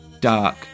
dark